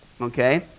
Okay